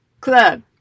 club